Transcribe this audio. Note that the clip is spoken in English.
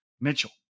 Mitchell